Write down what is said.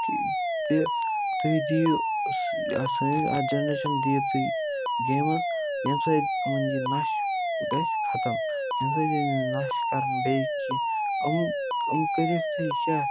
تہِ تہِ تُہۍ دِیِو سہٕ اَ سٲنۍ اَتھ جَنریشَن دِیِو تُہۍ گیمٕز ییٚمہِ سۭتۍ یِمَن یہِ نَشہٕ گژھِ ختم ییٚمہِ سۭتۍ یِم نَشہِ کَرَن بیٚیہِ کینٛہہ یِم یِم کٔریُکھ تُہۍ کیٛاہ